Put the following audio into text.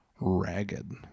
ragged